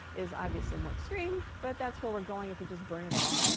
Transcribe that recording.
is obviously more extreme. but that's where we're going if you just burn it all.